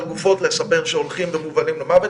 על גופות שהולכים ומובלים למוות,